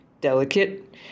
delicate